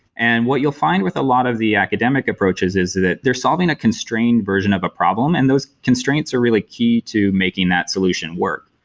and what you'll find with a lot of the academic approaches is that they're solving a constrained version of a problem, and those constraints are really key to making that solution work.